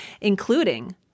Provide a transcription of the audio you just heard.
including